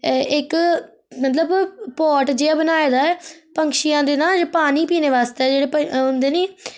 इक मतलब पार्ट जेहा बनाए दा ऐ पक्षियें दा ना पानी पीने आस्तै जेह्ड़े होंदे नी